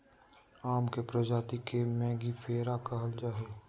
आम के प्रजाति के मेंगीफेरा कहल जाय हइ